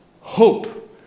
Hope